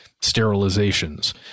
sterilizations